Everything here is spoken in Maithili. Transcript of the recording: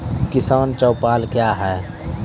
किसान चौपाल क्या हैं?